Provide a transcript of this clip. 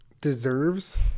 Deserves